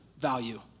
value